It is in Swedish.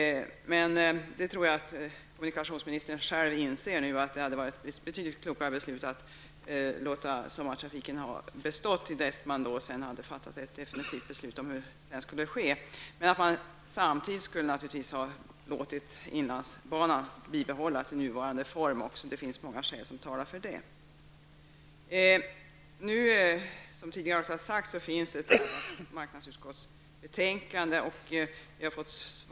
Jag tror att kommunikationsministern själv har nu insett att det hade varit ett betydligt klokare beslut att låta sommartrafiken bestå tills man hade fattat ett definitivt beslut i frågan. Samtidigt skulle man naturligtvis ha låtit inlandsbanan bibehålla sin nuvarande form -- det är många skäl som talar för det. Som tidigare har sagts finns nu ett nytt arbetsutskottsbetänkande.